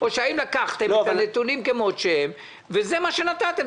או האם לקחתם את הנתונים כמות שהם, וזה מה שנתתם?